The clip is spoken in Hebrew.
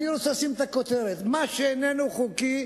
אני רוצה לשים את הכותרת: מה שאיננו חוקי,